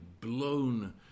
blown